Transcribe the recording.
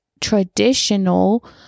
traditional